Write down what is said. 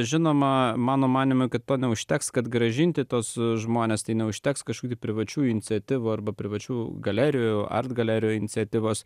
žinoma mano manymu kad mano užteks kad grąžinti tuos žmones tai neužteks kažkokių privačių iniciatyvų arba privačių galerijų art galerijoje iniciatyvos